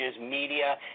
media